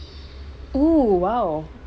oh !wow!